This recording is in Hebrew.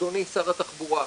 אדוני שר התחבורה,